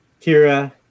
Kira